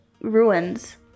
ruins